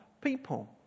people